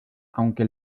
aunque